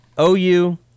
OU